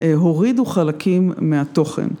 הורידו חלקים מהתוכן.